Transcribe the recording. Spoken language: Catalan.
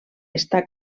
està